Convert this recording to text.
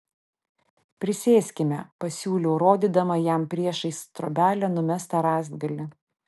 prisėskime pasiūliau rodydama jam priešais trobelę numestą rąstgalį